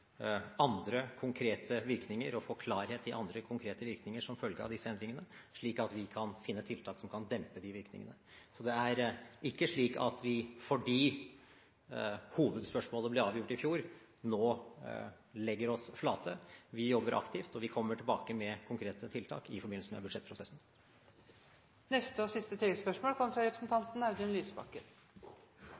og få klarhet i andre konkrete virkninger som følge av disse endringene, slik at vi kan finne tiltak som kan dempe disse virkningene. Så det er ikke slik at vi, fordi hovedspørsmålet ble avgjort i fjor, nå legger oss flate. Vi jobber aktivt, og vi kommer tilbake med konkrete tiltak i forbindelse med budsjettprosessen.